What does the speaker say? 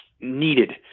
needed